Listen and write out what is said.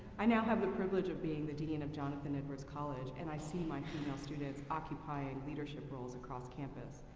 i now have the privilege of being the dean of jonathan edwards college, and i see my female students occupying leadership roles across campus.